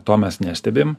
to mes nestebim